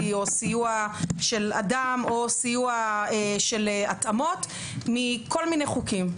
או סיוע של אדם או סיוע של התאמות מכל מיני חוקים.